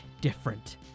different